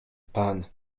pan